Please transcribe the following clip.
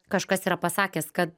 kažkas yra pasakęs kad